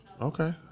Okay